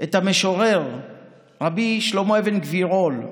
את המשורר רבי שלמה אבן גבירול,